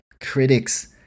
critics